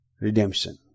redemption